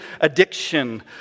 addiction